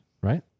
Right